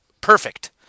perfect